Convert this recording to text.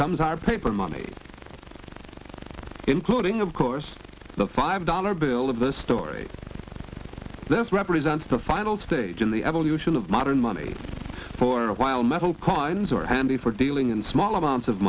comes our paper money including of course the five dollar bill of the story there's represents the final stage in the evolution of modern money for a while metal cons are handy for dealing in small amounts of